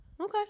Okay